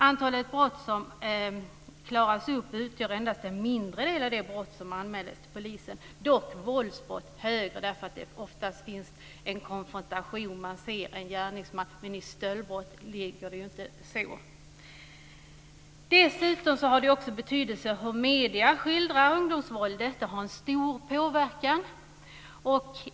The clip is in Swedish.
Antalet brott som klaras upp utgör endast en mindre del av de brott som anmäls till polisen, dock en högre andel av våldsbrott därför att de oftast finns en konfrontation. Man ser en gärningsman. Vid stöldbrott ligger det inte till så. Dessutom har det också betydelse hur medierna skildrar ungdomsvåldet. De har en stor påverkan.